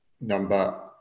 number